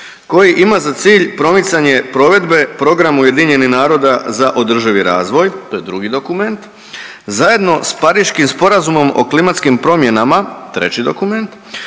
koji ima za cilj promicanje provedbe programa UN-a za održivi razvoj“ to je drugi dokument „zajedno s Pariškim sporazumom o klimatskim promjenama“ treći dokument